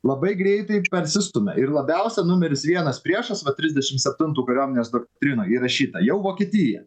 labai greitai persistumia ir labiausia numeris vienas priešas va trisdešim septintų kariuomenės doktrinoj įrašyta jau vokietija